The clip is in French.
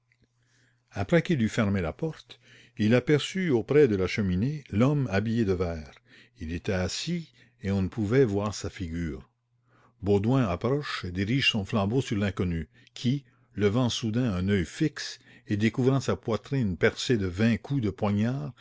après qu'il eut fermé la porte il aperçut auprès de la cheminée l'homme habillé de vert il était assis et on ne pouvait voir sa figure baudouin approche et dirige son flambeau sur l'inconnu qui levant soudain un oeil fixe et découvrant sa poitrine percée de vingt coups de poignards